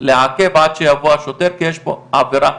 לעכב עד שיבוא השוטר, כי יש פה עבירה.